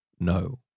No